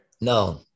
No